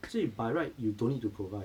所以 by right you don't need to provide